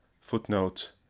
footnote